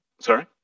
Sorry